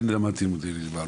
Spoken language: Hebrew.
כן למדתי לימודי ליבה,